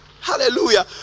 Hallelujah